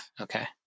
okay